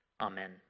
Amen